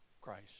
Christ